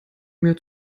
mir